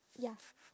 ya